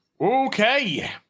Okay